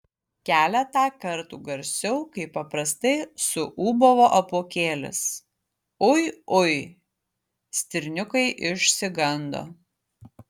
keletą kartų garsiau kaip paprastai suūbavo apuokėlis ui ui stirniukai išsigando